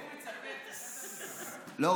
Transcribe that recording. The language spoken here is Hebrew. לא,